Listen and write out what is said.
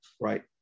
right